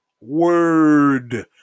word